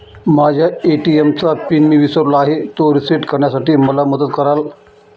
माझ्या ए.टी.एम चा पिन मी विसरलो आहे, तो रिसेट करण्यासाठी मला मदत कराल?